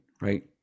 right